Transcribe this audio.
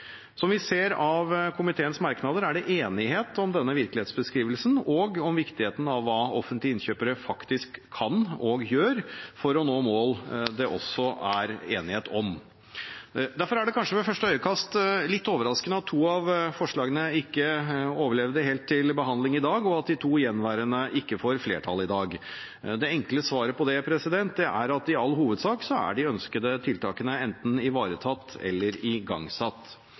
Som vi ser av komiteens merknader, er det enighet om denne virkelighetsbeskrivelsen og om viktigheten av hva offentlige innkjøpere faktisk kan og gjør for å nå mål det også er enighet om. Derfor er det kanskje ved første øyekast litt overraskende at to av forslagene ikke overlevde helt fram til behandling i dag, og at de to gjenværende ikke får flertall i dag. Det enkle svaret på det er at i all hovedsak er de ønskede tiltakene enten ivaretatt eller igangsatt.